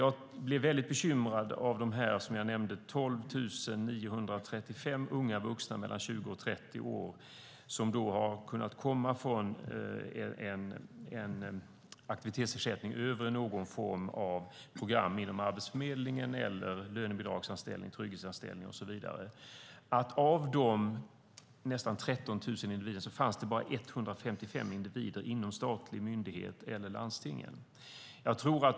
Jag blev bekymrad av de 12 935 unga vuxna mellan 20 och 30 år som har kunnat komma från en aktivitetsersättning över i någon form av program inom Arbetsförmedlingen eller lönebidragsanställning, trygghetsanställning och så vidare. Av dessa 13 000 individer fanns nämligen bara 155 inom statlig myndighet eller landstingen.